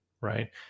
right